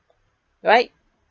right